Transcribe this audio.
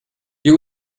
you